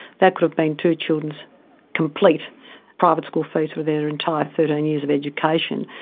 that could have been two children's complete private school fees for their entire thirteen years of education.